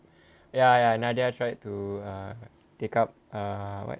ya ya nadia tried to err take up err what